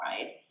right